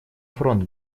фронт